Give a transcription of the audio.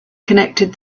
connected